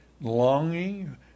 longing